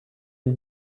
une